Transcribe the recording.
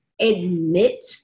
admit